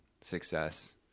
success